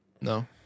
No